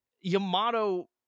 Yamato